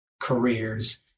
careers